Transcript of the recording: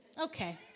Okay